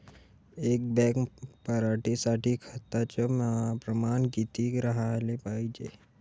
एक बॅग पराटी साठी खताचं प्रमान किती राहाले पायजे?